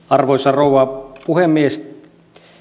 arvoisa rouva puhemies